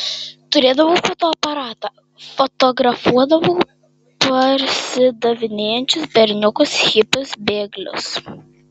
turėjau fotoaparatą fotografuodavau parsidavinėjančius berniukus hipius bėglius